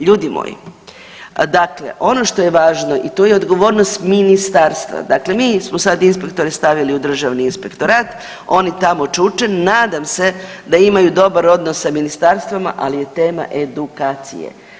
Ljudi moji, dakle ono što je važno i to je odgovornost ministarstva, dakle mi smo sad inspektore stavili u državni inspektorat oni tamo čuče nadam se da imaju dobar odnos sa ministarstvom ali je tema edukacije.